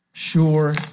Sure